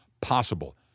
possible